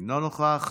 אינו נוכח.